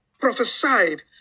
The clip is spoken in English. prophesied